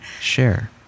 share